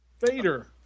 Vader